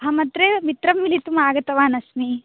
अहम् अत्रैव मित्रं मिलितुं आगतवान् अस्मि